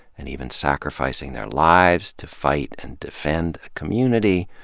and even sacrificing their lives, to fight and defend a community,